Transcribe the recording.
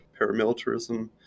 paramilitarism